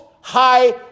High